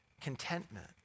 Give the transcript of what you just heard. contentment